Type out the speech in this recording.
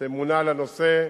הוא מונה לנושא,